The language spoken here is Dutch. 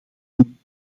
doen